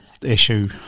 issue